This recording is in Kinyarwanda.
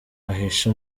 ahishe